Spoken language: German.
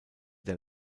der